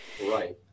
Right